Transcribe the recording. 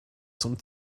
zum